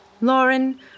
Lauren